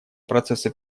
процесса